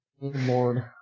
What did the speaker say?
Lord